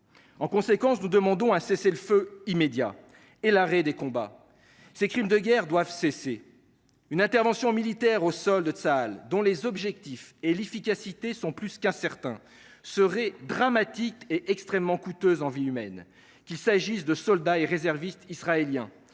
En conséquence, nous demandons un cessez le feu immédiat et l’arrêt des combats. Ces crimes de guerre doivent cesser. Une intervention de Tsahal au sol, opération militaire aux objectifs et à l’efficacité plus qu’incertains, serait dramatique et extrêmement coûteuse en vies humaines, qu’il s’agisse des soldats et réservistes israéliens